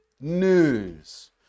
News